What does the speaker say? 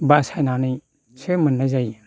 बासायनानैसो मोननाय जायो